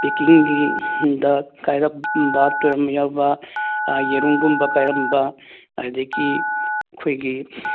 ꯄꯦꯛꯀꯤꯡꯒꯤꯗ ꯀꯥꯏꯔꯝꯕ ꯇꯣꯏꯔꯝꯕ ꯌꯥꯎꯕ ꯌꯦꯔꯨꯝꯒꯨꯝꯕ ꯀꯥꯏꯔꯝꯕ ꯑꯗꯨꯗꯒꯤ ꯑꯩꯈꯣꯏꯒꯤ